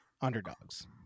underdogs